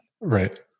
right